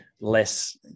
less